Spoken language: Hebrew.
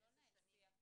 אומר